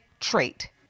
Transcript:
trait